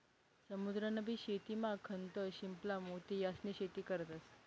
समुद्र नी शेतीमा शंख, शिंपला, मोती यास्नी शेती करतंस